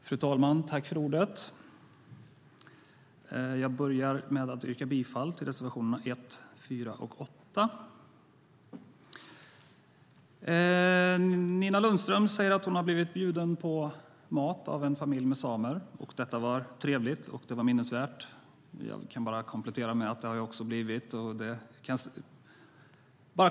Fru talman! Jag börjar med att yrka bifall till reservationerna 1, 4 och 8. Nina Lundström säger att hon har blivit bjuden på mat av en familj med samer och att detta var trevligt och minnesvärt. Jag kan bara komplettera med att det har jag också blivit.